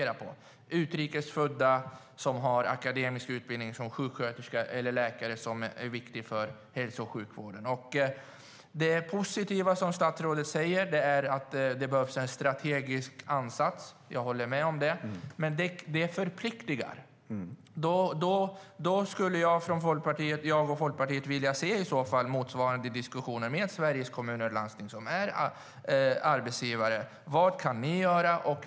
Det gäller utrikes födda som har akademisk utbildning, som sjuksköterska eller läkare, som är viktiga för hälso och sjukvården. Det positiva som statsrådet säger är att det behövs en strategisk ansats. Jag håller med om det. Men det förpliktar. I så fall skulle jag och Folkpartiet vilja se motsvarande diskussioner med Sveriges Kommuner och Landsting, som är arbetsgivare: Vad kan ni göra?